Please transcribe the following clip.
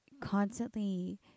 constantly